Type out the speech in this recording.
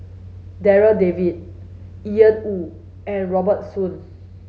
Darryl David Ian Woo and Robert Soon